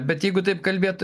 bet jeigu taip kalbėt